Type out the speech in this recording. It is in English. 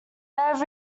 have